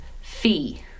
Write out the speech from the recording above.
Fee